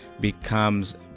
becomes